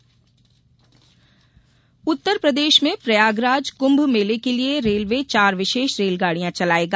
Kumbh rail Uttar Pradesh में प्रयागराज कृम्भ मेले के लिए रेलवे चार विशेष रेलगाड़ियां चलायेगा